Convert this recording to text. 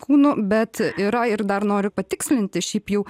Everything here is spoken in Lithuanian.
kūnu bet yra ir dar noriu patikslinti šiaip jau